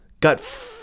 got